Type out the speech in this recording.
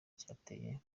cyateye